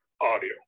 audio